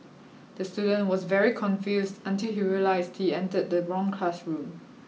the student was very confused until he realised he entered the wrong classroom